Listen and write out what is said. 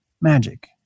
magic